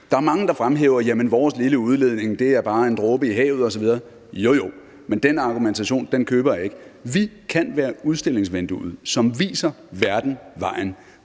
Der er mange, der fremhæver, at vores lille udledning bare er en dråbe i havet osv., jo, jo, men den argumentation køber jeg ikke. Vi kan være udstillingsvinduet, som viser verden vejen